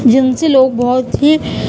جن سے لوگ بہت ہی